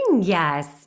yes